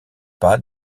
pas